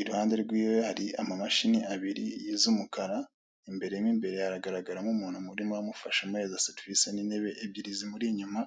iruhande rw'iwe hari amamashini abiri z'umukara, imbere mo imbere haragaragaramo umuntu urimo amufasha, amuhereza serivise, n'intebe ebyiri zimuri inyuma.